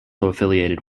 affiliated